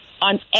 on